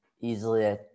easily